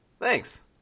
Thanks